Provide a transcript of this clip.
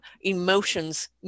emotions